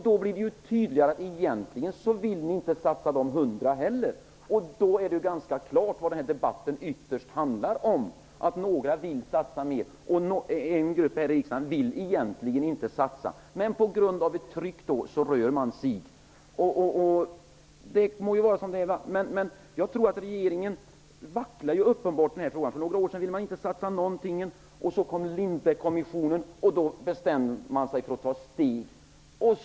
Då blir det tydligt att ni inte heller vill satsa de 100 miljonerna, och då är det ganska klart vad den här debatten ytterst handlar om. Några vill satsa mer, och en grupp vill egentligen inte satsa någonting men på grund av att vi tryckt rör man sig. Det må vara så. Regeringen vacklar uppenbarligen i denna fråga. För några år sedan ville man inte satsa någonting. Så kom Lindbeckkommissionen, och då bestämde man sig för att ta ett steg.